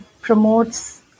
promotes